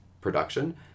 production